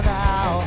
now